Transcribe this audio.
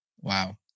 Wow